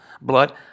blood